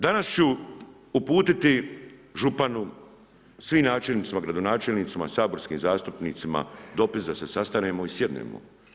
Danas ću uputiti županu, svim načelnicima, gradonačelnicima, saborskim zastupnicima dopis da se sastanemo i sjednemo.